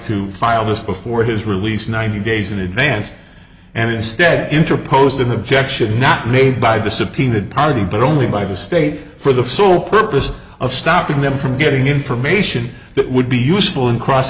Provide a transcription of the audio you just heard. to file this before his release ninety days in advance and instead interposed in the objection not made by the subpoenaed party but only by the state for the sole purpose of stopping them from giving information that would be useful in cross